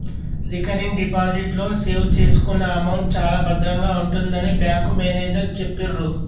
recurring deposit లో save చేసుకున్న amount చాలా భద్రంగా ఉంటుందని బ్యాంకు మేనేజరు చెప్పిర్రు